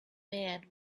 man